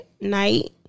night